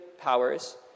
powers